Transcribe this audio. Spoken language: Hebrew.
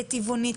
כטבעונית,